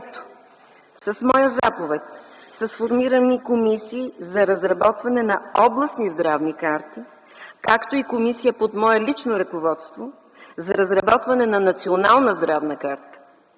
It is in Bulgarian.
с моя заповед са сформирани комисии за разработване на областни здравни карти, както и комисия под мое лично ръководство за разработване на Национална здравна карта.